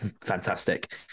fantastic